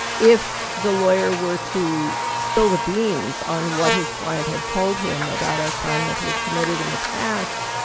if the lawyer were to spill the beans on what his client had told him about a crime that he had committed in the past,